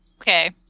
Okay